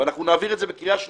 ואנחנו נעביר את זה בקריאה ראשונה,